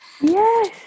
Yes